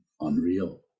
unreal